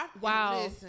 Wow